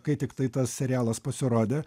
kai tiktai tas serialas pasirodė